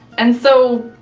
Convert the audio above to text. and so,